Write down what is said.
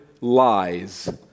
lies